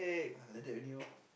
ah like that only lor